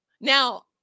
Now